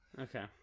okay